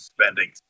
spending